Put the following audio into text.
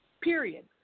period